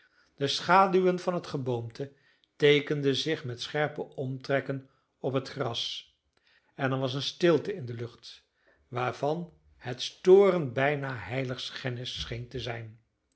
de schaduwen van het geboomte teekenden zich met scherpe omtrekken op het gras en er was eene stilte in de lucht waarvan het storen bijna heiligschennis scheen te zijn